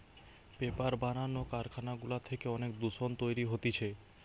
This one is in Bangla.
পেপার বানানো কারখানা গুলা থেকে অনেক দূষণ তৈরী হতিছে